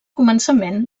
començament